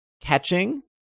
catching